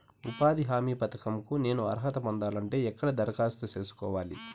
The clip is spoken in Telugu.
ఉపాధి హామీ పథకం కు నేను అర్హత పొందాలంటే ఎక్కడ దరఖాస్తు సేసుకోవాలి?